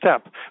step